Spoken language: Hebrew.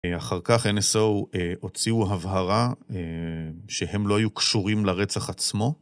אחר כך NSO הוציאו הבהרה שהם לא היו קשורים לרצח עצמו.